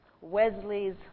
Wesley's